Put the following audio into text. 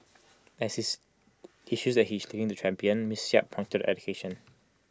as is issues that she is looking to champion miss yap pointed to education